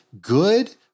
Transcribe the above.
good